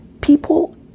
people